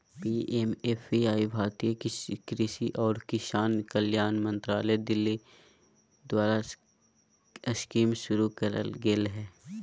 PMFBY Bharat कृषि और किसान कल्याण मंत्रालय दिल्ली द्वारास्कीमशुरू करल गेलय हल